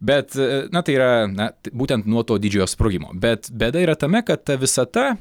bet na tai yra na būtent nuo to didžiojo sprogimo bet bėda yra tame kad ta visata